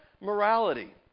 morality